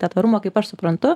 tą tvarumą kaip aš suprantu